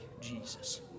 Jesus